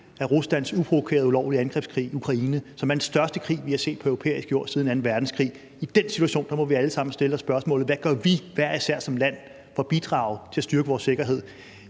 af Ruslands provokerende ulovlige angrebskrig i Ukraine, som er den største krig, vi har set på europæisk jord siden anden verdenskrig. I den situation må vi alle sammen stille os spørgsmålet: Hvad gør vi hver især som land for at bidrage til at styrke vores sikkerhed?